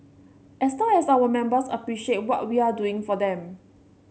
as long as our members appreciate what we are doing for them